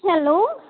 hello